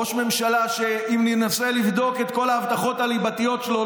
ראש ממשלה שאם ננסה לבדוק את כל ההבטחות הליבתיות שלו,